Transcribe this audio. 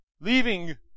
leaving